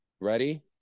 ready